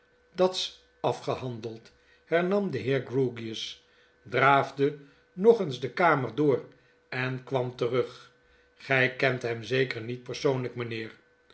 dat's afgjehandeld hernam de heer grewgious draafde nog eeius de kamer door en kwam terug gij kent hem zeker niet persoonlgk mjjnheer